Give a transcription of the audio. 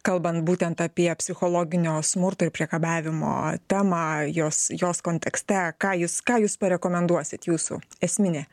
kalbant būtent apie psichologinio smurto ir priekabiavimo temą jos jos kontekste ką jis ką jūs parekomenduosit jūsų esminė